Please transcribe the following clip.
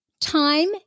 Time